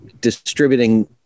distributing